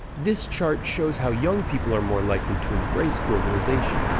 this chart shows how young people are more likely to embrace globalization,